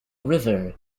river